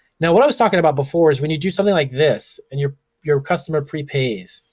now, what i was talking about before is when you do something like this and your your customer prepays.